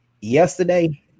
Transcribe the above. yesterday